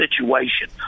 situation